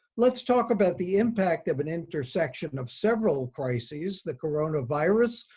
let's talk about the impact of an intersection of several crises. the coronavirus,